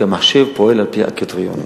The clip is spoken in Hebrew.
כי המחשב פועל על-פי הקריטריונים.